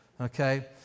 okay